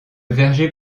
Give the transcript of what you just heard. verger